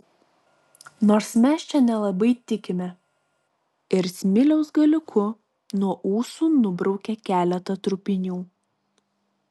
nors mes čia nelabai tikime ir smiliaus galiuku nuo ūsų nubraukė keletą trupinių